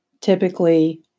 typically